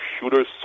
shooters